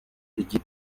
giti